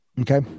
okay